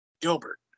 Gilbert